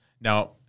Now